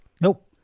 Nope